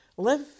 live